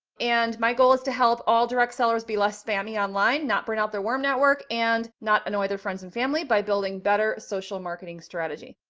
and my goal is to help all direct sellers be less spammy online, not burnout their warm network, and not annoy their friends and family by building better social marketing strategy.